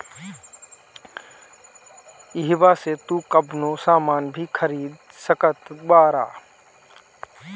इहवा से तू कवनो सामान भी खरीद सकत बारअ